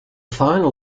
final